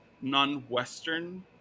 non-Western